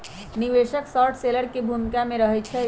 निवेशक short seller की भूमिका में रहइ छै